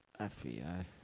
FBI